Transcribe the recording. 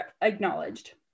acknowledged